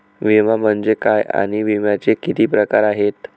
विमा म्हणजे काय आणि विम्याचे किती प्रकार आहेत?